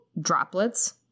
droplets